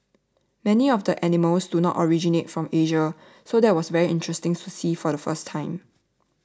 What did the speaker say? many of the animals do not originate from Asia so that was very interesting to see for the first time